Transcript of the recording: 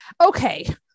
Okay